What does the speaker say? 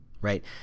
right